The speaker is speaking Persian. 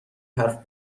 حرف